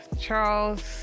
Charles